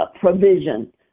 provision